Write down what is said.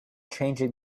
changing